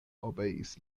obeis